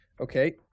Okay